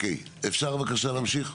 אפשר בבקשה להמשיך?